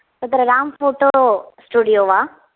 तत्र रामफोटो स्टुडियो वा